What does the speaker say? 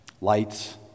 Lights